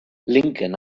lincoln